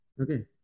Okay